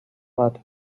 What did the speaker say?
lata